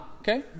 okay